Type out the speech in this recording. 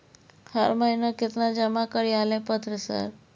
हर महीना केतना जमा कार्यालय पत्र सर?